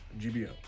gbo